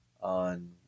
on